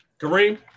Kareem